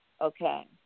Okay